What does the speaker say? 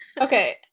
okay